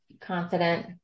confident